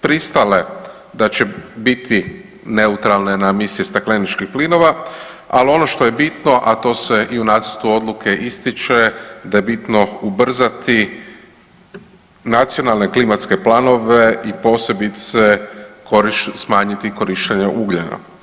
pristale da će biti neutralne na emisije stakleničkih plinova, ali ono što je bitno a to se i u nacrtu Odluke ističe da je bitno ubrzati nacionalne klimatske planove i posebice smanjiti korištenje ugljena.